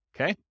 Okay